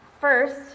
first